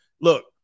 look